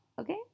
Okay